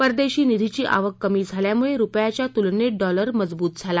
परद्धी निधीची आवक कमी झाल्यामुळसिपयाच्या तुलनतिडॉलर मजबूत झाला